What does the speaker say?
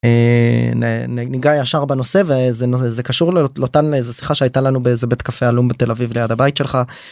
ניגע ישר בנושא ואיזה נושא זה קשור לאותנו איזה שיחה שהייתה לנו באיזה בית קפה עלום בתל אביב ליד הבית שלך.